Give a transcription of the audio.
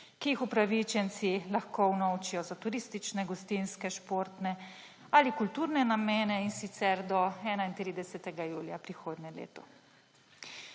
ki jih upravičenci lahko unovčijo za turistične, gostinske, športne ali kulturne namene, in sicer do 31. julija prihodnje leto.